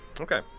Okay